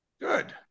Good